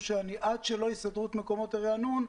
עד שלא יסדרו את מקומות הריענון,